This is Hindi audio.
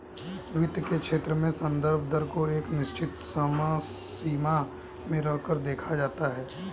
वित्त के क्षेत्र में संदर्भ दर को एक निश्चित समसीमा में रहकर देखा जाता है